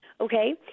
Okay